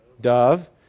dove